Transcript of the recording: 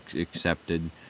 accepted